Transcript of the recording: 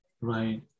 right